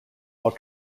while